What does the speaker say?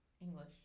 English